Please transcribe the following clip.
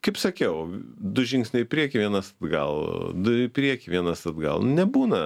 kaip sakiau du žingsniai į priekį vienas atgal du į priekį vienas atgal nebūna